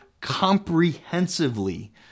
comprehensively